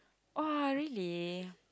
oh really